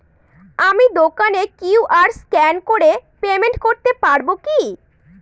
আমি দোকানে QR scan করে পেমেন্ট করতে পারবো কি?